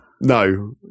no